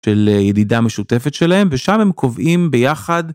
של ידידה משותפת שלהם ושם הם קובעים ביחד.